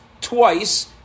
twice